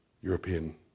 European